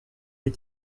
des